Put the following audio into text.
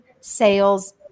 sales